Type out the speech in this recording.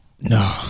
No